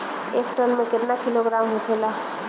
एक टन मे केतना किलोग्राम होखेला?